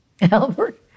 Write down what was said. Albert